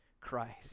Christ